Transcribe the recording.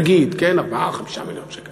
נגיד 4 5 מיליון שקל.